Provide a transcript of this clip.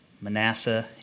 Manasseh